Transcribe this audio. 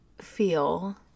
feel